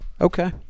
Okay